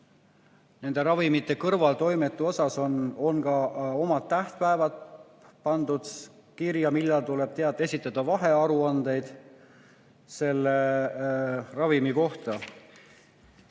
nende ravimite kõrvaltoimete kohta on ka omad tähtpäevad pandud kirja, millal tuleb esitada vahearuandeid selle ravimi kohta.